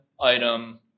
item